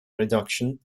reduction